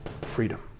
freedom